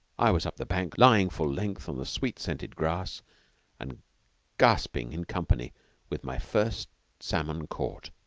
i was up the bank lying full length on the sweet-scented grass and gasping in company with my first salmon caught,